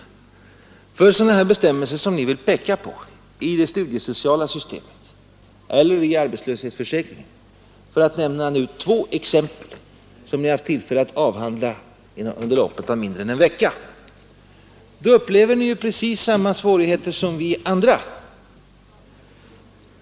När det gäller sådana här bestämmelser som ni vill peka på i det studiesociala systemet eller i arbetslöshetsförsäkringen, för att nu nämna två ämnen som ni haft tillfälle att avhandla under loppet av mindre än en vecka, upplever ni ju precis samma svårigheter som vi andra.